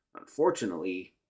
Unfortunately